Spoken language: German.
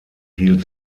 hielt